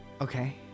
Okay